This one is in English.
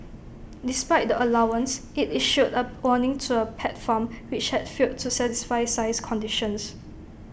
despite the allowance IT issued A warning to A pet farm which had failed to satisfy size conditions